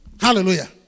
Hallelujah